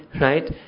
right